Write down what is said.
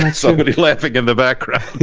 like somebody laughing in the background.